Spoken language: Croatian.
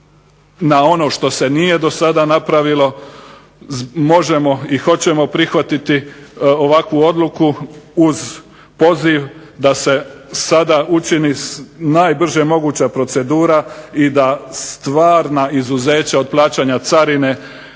na ono što se nije do sada napravilo možemo i hoćemo prihvatiti ovakvu odluku uz poziv da se sada učini najbrža moguća procedura i da stvarna izuzeća od plaćanja carine